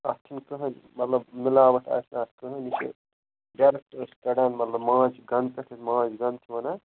اَتھ چھُنہٕ کٕہۭنۍ مطلب مِلاوَٹ آسہِ نہٕ اَتھ کٕہۭنۍ یہِ چھِ ڈایرٮ۪کٹ أسۍ کڑان مطلب ماچھ گَنہٕ پٮ۪ٹھ یَتھ ماچھ گَن چھِ ونان